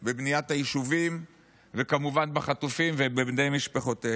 בבניית היישובים וכמובן בחטופים ובבני משפחותיהם.